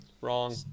Wrong